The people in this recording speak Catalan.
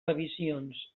revisions